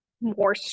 more